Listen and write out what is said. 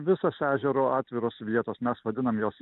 visos ežero atviros vietos mes vadinam jos